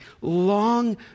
long